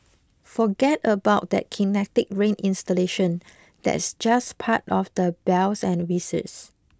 forget about that Kinetic Rain installation that's just part of the bells and whistles